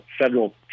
federal